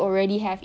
mmhmm